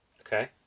Okay